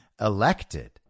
elected